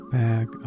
back